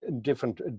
different